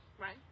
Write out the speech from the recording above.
right